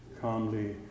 calmly